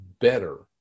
better